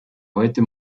heute